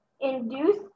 induce